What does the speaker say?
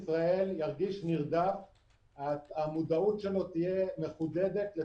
אני יכול להגיד רק שבשנים האחרונות עשינו פה עבודת עומק.